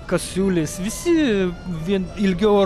kasiulis visi vien ilgiau